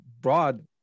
broad